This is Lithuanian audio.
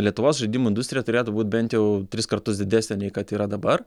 lietuvos žaidimų industrija turėtų būt bent jau tris kartus didesnė nei kad yra dabar